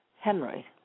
Henry